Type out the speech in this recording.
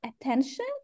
attention